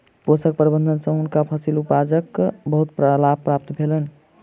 पोषक प्रबंधन सँ हुनका फसील उपजाक बहुत लाभ प्राप्त भेलैन